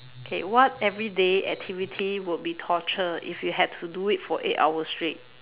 okay what everyday activity would be torture if you had to do it for eight hours straight